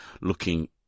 looking